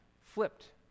flipped